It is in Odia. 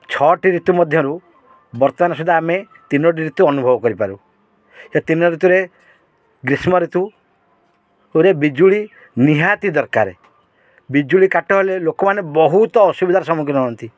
ଛଅଟି ଋତୁ ମଧ୍ୟରୁ ବର୍ତ୍ତମାନ ସୁଦ୍ଧା ଆମେ ତିନୋଟି ଋତୁ ଅନୁଭବ କରିପାରୁ ଏ ତିନୋଟି ଋତୁରେ ଗ୍ରୀଷ୍ମ ଋତୁରେ ବିଜୁଳି ନିହାତି ଦରକାରେ ବିଜୁଳି କାଟ ହେଲେ ଲୋକମାନେ ବହୁତ ଅସୁବିଧାର ସମ୍ମୁଖୀନ ହୁଅନ୍ତି